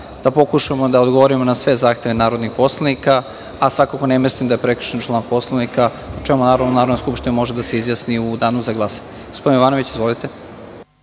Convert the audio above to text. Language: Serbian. da pokušamo da odgovorima na sve zahteve narodnih poslanika, a svakako ne mislim da je prekršen član Poslovnika o čemu naravno Narodna skupština može da se izjasni u danu za glasanje. Gospodine Jovanoviću, izvolite.